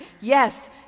Yes